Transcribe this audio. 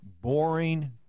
boring